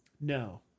No